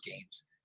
games